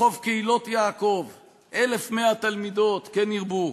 ברחוב קהילות יעקב, 1,100 תלמידות, כן ירבו,